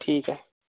ठीक आहे